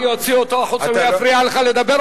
אני אוציא אותו החוצה אם הוא יפריע לך לדבר,